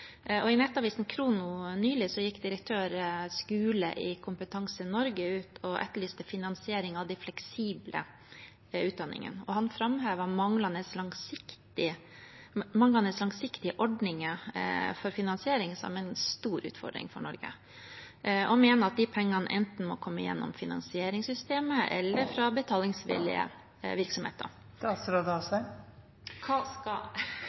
I nettavisen Khrono nylig gikk direktør Skule i Kompetanse Norge ut og etterlyste finansiering av de fleksible utdanningene. Han framhevet manglende langsiktige ordninger for finansiering som en stor utfordring for Norge, og mente at disse pengene enten må komme gjennom finansieringssystemet eller fra betalingsvillige virksomheter.